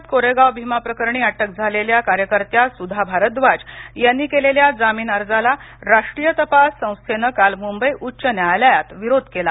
भीमा कोरेगाव एल्गार परिषद कोरेगाव भीमा प्रकरणी अटक झालेल्या कार्यकर्त्या सुधा भारद्वाज यांनी केलेल्या जामीन अर्जाला राष्ट्रीय तपास संस्थेनं काल मुंबई उच्च न्यायालयात विरोध केला